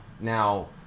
now